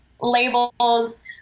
labels